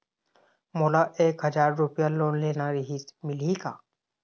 मोला एक हजार रुपया लोन लेना रीहिस, मिलही का?